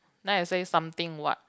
then I say something what